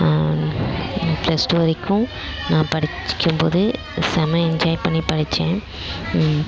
plus two வரைக்கும் நான் படிச்சிக்கும்போது செம என்ஜாய் பண்ணி படித்தேன்